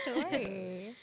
story